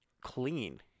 clean